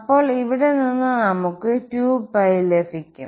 അപ്പോൾ ഇവിടെ നിന്ന് നമുക് 2ലഭിക്കും